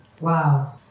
wow